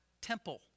temple